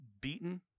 beaten